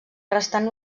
restant